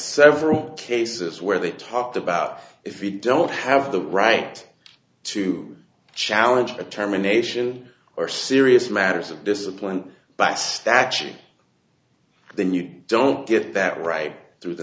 several cases where they talked about if you don't have the right to challenge the terminations or serious matters of discipline but statute then you don't get that right through the